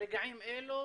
ברגעים אלה,